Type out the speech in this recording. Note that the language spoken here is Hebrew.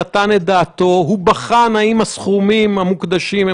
נרצה לדעת מה היקף הסכומים שהוקדשו,